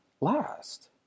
last